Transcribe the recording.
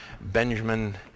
Benjamin